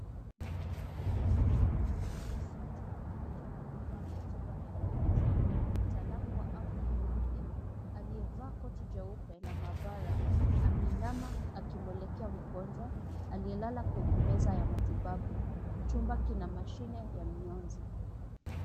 Mzingira ya kimatibabu haswa chumba kilicho na vifaa vya tiba na mionzi, mtaalamu wa afya mwanamke aliyevaa koti jeupe la maabara ameinama akimwelekea mgonjwa aliyelala kwenye meza ya matibabu, chumba kina mashine ya mionzi.